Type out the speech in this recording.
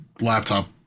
laptop